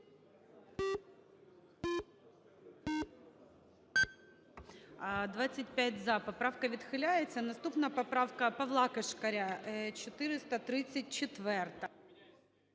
За-25 Поправка відхиляється. Наступна поправка Павла Кишкаря –